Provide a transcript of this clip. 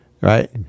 right